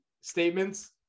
statements